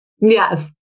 Yes